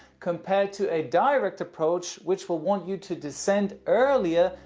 compared to a direct approach, which will want you to descend earlier,